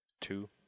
two